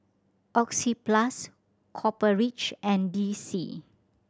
Oxyplus Copper Ridge and D C